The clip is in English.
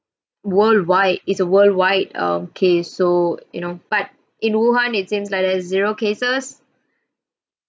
worldwide it's a worldwide um case so you know but in wuhan it seems like there's zero cases